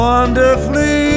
Wonderfully